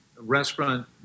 restaurant